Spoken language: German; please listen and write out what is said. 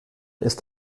ist